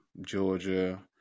Georgia